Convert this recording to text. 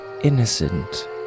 innocent